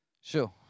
Sure